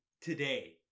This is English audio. today